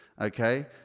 Okay